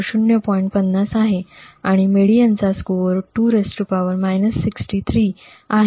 50 आहे आणि मेडिअन चा स्कोअर २ आहे